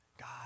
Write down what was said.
God